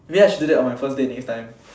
maybe I should do that on my first date next time